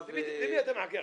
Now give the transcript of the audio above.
למי אתה מחכה עכשיו?